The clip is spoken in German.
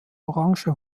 orange